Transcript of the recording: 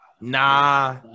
nah